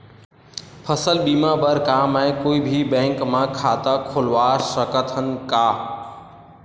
फसल बीमा बर का मैं कोई भी बैंक म खाता खोलवा सकथन का?